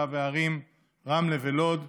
רב הערים רמלה ולוד,